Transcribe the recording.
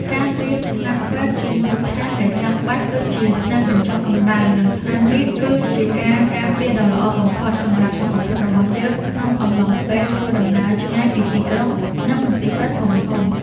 ការត្រៀមថ្នាំពេទ្យជាមូលដ្ឋានដែលចាំបាច់ដូចជាថ្នាំបញ្ចុះកម្ដៅ និង ថ្នាំរាកគឺជាការការពារដ៏ល្អបំផុតសម្រាប់សុខភាពរបស់យើងក្នុងអំឡុងពេលធ្វើដំណើរឆ្ងាយពីទីក្រុង និង មន្ទីរពេទ្យធំៗ។